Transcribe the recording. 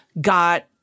got